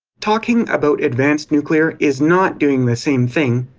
talking about advanced nuclear is not doing the same thing,